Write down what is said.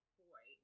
boy